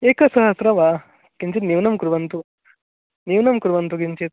एकसहस्रं वा किञ्चित् न्यूनं कुर्वन्तु न्यूनं कुर्वन्तु किञ्चित्